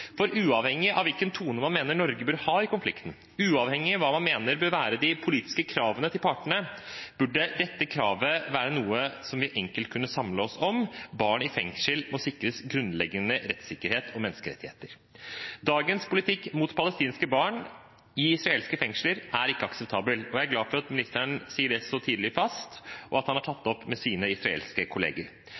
For uavhengig av hvilken tone man mener Norge bør ha i konflikten, uavhengig av hva man mener bør være de politiske kravene til partene, burde dette kravet være noe som vi enkelt kan samle oss om: Barn i fengsel må sikres grunnleggende rettssikkerhet og menneskerettigheter. Dagens politikk overfor palestinsk barn i israelske fengsler er ikke akseptabel, og jeg er glad for at ministeren slår det så tydelig fast, og at han har tatt det opp med sine israelske kolleger.